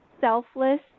selfless